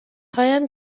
هایم